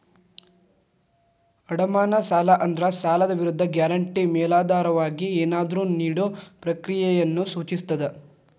ಅಡಮಾನ ಸಾಲ ಅಂದ್ರ ಸಾಲದ್ ವಿರುದ್ಧ ಗ್ಯಾರಂಟಿ ಮೇಲಾಧಾರವಾಗಿ ಏನಾದ್ರೂ ನೇಡೊ ಪ್ರಕ್ರಿಯೆಯನ್ನ ಸೂಚಿಸ್ತದ